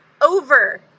over